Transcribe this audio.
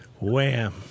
Wham